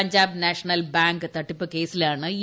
Punjab National Bank തട്ടിപ്പു കേസിലാണ് E